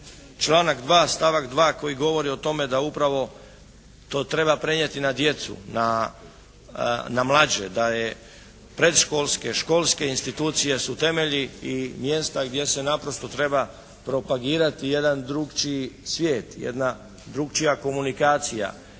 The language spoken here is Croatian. članak 2. stavak 2. koji govori o tome da upravo to treba prenijeti na djecu, na mlađe, da je predškolske, školske institucije su temelji i mjesta gdje se naprosto treba propagirati jedan drukčiji svijet, jedna drukčija komunikacija,